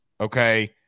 Okay